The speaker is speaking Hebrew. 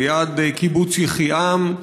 ליד קיבוץ יחיעם,